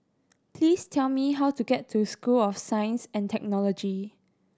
please tell me how to get to School of Science and Technology